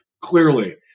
clearly